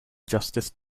justice